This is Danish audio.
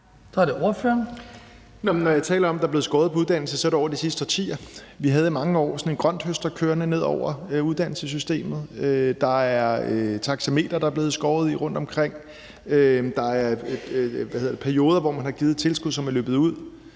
Dragsted (EL): Når jeg taler om, at der er blevet skåret end på uddannelser, så er det over de sidste årtier. Vi havde i mange år sådan en grønthøster kørende ned over uddannelsessystemet. Der er blevet skåret i taxameteret rundtomkring. Der har været perioder, hvor man har givet tilskud, som er løbet ud.